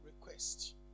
request